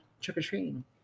trick-or-treating